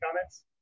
comments